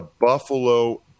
Buffalo